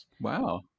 Wow